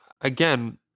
again